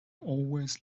always